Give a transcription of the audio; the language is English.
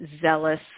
zealous